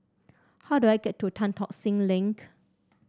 how do I get to Tan Tock Seng Link